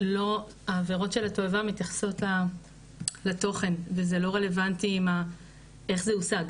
העבירות של התועבה מתייחסות לתוכן וזה לא רלוונטי איך זה הושג,